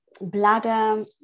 bladder